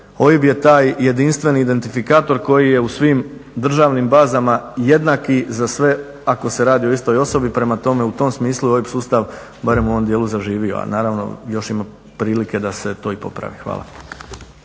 OIB je taj jedinstveni identifikator koji je u svim državnim bazama jednaki za sve ako se radi o istoj osobi, prema tome u tom smislu je OIB sustav, barem u ovom dijelu zaživio, a naravno još ima prilike da se to i popravi. Hvala.